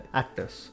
actors